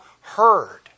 heard